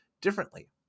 differently